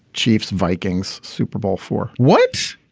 chiefs vikings super bowl for what,